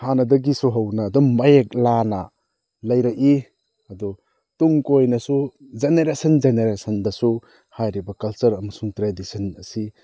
ꯍꯥꯟꯅꯗꯒꯤꯁꯨ ꯍꯧꯅ ꯑꯗꯨꯝ ꯃꯌꯦꯛ ꯂꯥꯅ ꯂꯩꯔꯛꯏ ꯑꯗꯨ ꯇꯨꯡ ꯀꯣꯏꯅꯁꯨ ꯖꯦꯅꯦꯔꯦꯁꯟ ꯖꯦꯅꯦꯔꯦꯁꯟꯗꯁꯨ ꯍꯥꯏꯔꯤꯕ ꯀꯜꯆꯔ ꯑꯃꯁꯨꯡ ꯇ꯭ꯔꯦꯗꯤꯁꯟ ꯑꯁꯤ